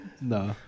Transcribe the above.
No